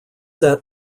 set